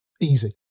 Easy